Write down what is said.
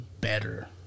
better